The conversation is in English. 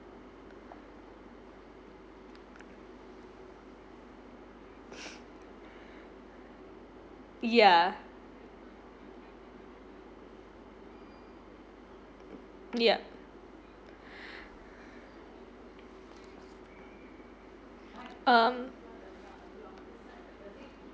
ya yup um